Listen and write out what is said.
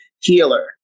healer